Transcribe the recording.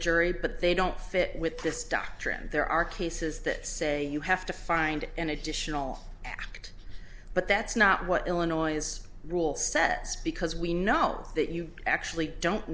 jury but they don't fit with this doctrine there are cases that say you have to find an additional act but that's not what illinois rule says because we know that you actually don't